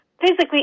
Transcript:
physically